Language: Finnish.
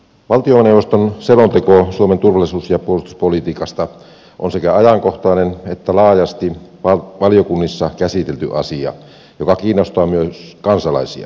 valtioneuvoston selonteko suomen turvallisuus ja puolustuspolitiikasta on sekä ajankohtainen että laajasti valiokunnissa käsitelty asia joka kiinnostaa myös kansalaisia